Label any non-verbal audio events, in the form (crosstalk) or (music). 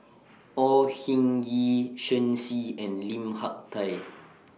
Au Hing Yee Shen Xi and Lim Hak Tai (noise)